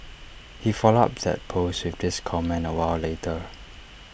he followed up that post with this comment A while later